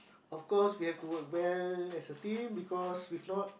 of course we have to work well as a team because if not